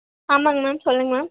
ஆமாங்க மேம் சொல்லுங்கள் மேம்